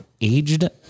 aged